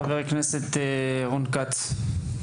חבר הכנסת רון כץ.